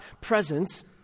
presence